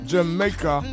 Jamaica